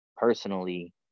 Personally